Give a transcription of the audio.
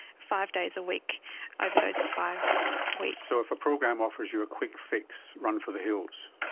five days a week over those five weeks. so if a program offers you a quick fix, run for the hills.